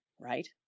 right